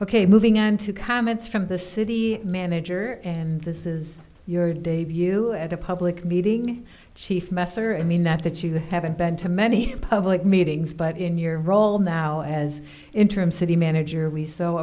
ok moving on to comments from the city manager and this is your debut at a public meeting chief messer i mean not that you haven't been to many public meetings but in your role now as interim city manager we so